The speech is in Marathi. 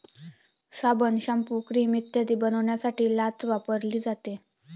साबण, शाम्पू, क्रीम इत्यादी बनवण्यासाठी लाच वापरली जाते